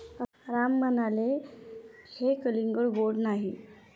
राम म्हणाले की, हे कलिंगड गोड नाही